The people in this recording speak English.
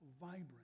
vibrant